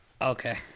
Okay